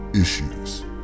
issues